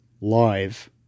live